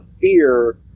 fear